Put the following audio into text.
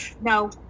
No